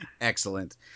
excellent